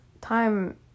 time